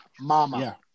mama